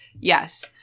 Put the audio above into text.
Yes